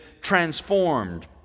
transformed